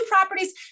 properties